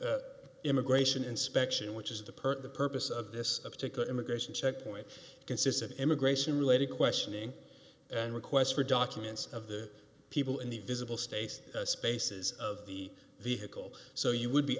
fuente immigration inspection which is the per the purpose of this particular immigration checkpoint consists of immigration related questioning and requests for documents of the people in the visible states spaces of the vehicle so you would be